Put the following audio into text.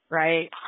right